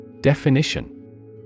Definition